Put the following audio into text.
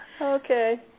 Okay